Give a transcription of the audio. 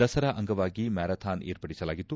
ದಸರಾ ಅಂಗವಾಗಿ ಮ್ಯಾರಾಥಾನ್ ಏರ್ಪಡಿಸಲಾಗಿತ್ತು